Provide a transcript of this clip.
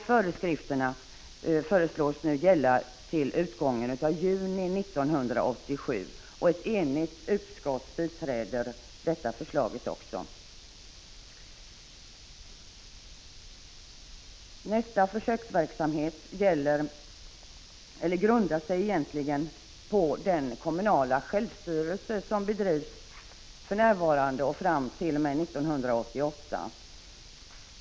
Föreskrifterna föreslås kunna gälla till utgången av juni 1987. Ett enigt utskott biträder även detta förslag. Den försöksverksamhet med enhetliga patientavgifter som föreslås grundar sig egentligen på de försök med kommunal självstyrelse som för närvarande bedrivs och som skall fortsätta t.o.m. 1988.